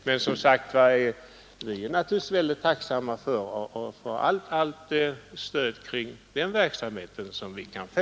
Men vi är naturligtvis väldigt tacksamma för allt stöd kring den verksamheten som vi kan få.